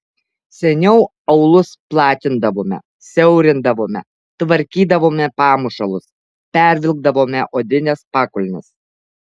seniau aulus platindavome siaurindavome tvarkydavome pamušalus pervilkdavome odines pakulnes